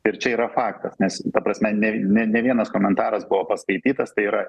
ir čia yra faktas nes ta prasme ne ne ne vienas komentaras buvo paskaitytas tai yra